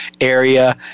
area